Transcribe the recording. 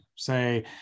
Say